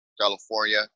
California